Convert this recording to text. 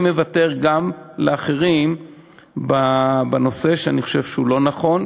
אני מוותר גם לאחרים בנושא שאני חושב שהוא לא נכון,